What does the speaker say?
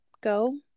go